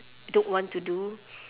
don't want to do